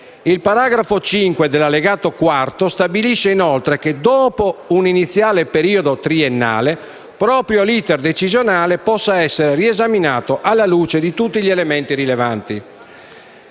Il paragrafo 5 dell'Allegato IV stabilisce inoltre che dopo un iniziale periodo triennale, proprio l'*iter* decisionale possa essere riesaminato alla luce di tutti gli elementi rilevanti.